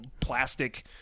plastic